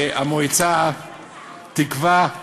המועצה תקבע,